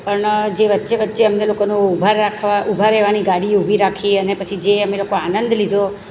પણ જે વચ્ચે વચ્ચે અમને લોકોને ઊભા રાખવા ઊભા રહેવાની ગાડી ઊભી રાખી અને પછી જે અમે લોકો આનંદ લીધો